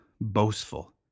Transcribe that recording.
boastful